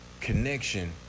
connection